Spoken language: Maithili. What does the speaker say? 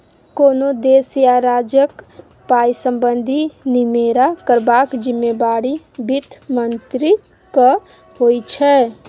कोनो देश या राज्यक पाइ संबंधी निमेरा करबाक जिम्मेबारी बित्त मंत्रीक होइ छै